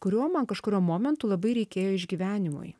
kuriuo man kažkuriuo momentu labai reikėjo išgyvenimui